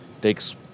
takes